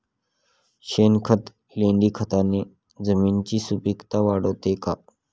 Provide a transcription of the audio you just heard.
शेणखत, लेंडीखताने जमिनीची सुपिकता वाढते का?